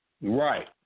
Right